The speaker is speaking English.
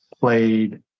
played